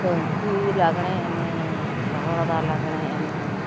ᱯᱟᱹᱝᱠᱤ ᱞᱟᱜᱽᱬᱮ ᱮᱱᱮᱡ ᱢᱟᱦᱚᱲᱫᱟ ᱞᱟᱜᱽᱬᱮ ᱮᱱᱮᱡ